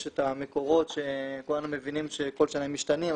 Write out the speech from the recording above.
יש את המקורות שכולנו מבינים שכל שנה הם משתנים,